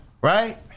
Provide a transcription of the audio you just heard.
right